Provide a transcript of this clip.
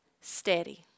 Steady